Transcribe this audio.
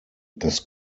das